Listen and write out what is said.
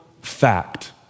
fact